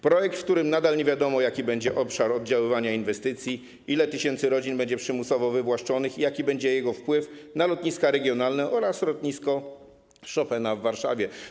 Projekt, co do którego nadal nie wiadomo, jaki będzie obszar oddziaływania inwestycji, ile tysięcy rodzin będzie przymusowo wywłaszczonych i jaki będzie jego wpływ na lotniska regionalne oraz Lotnisko Chopina w Warszawie.